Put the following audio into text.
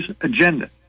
agenda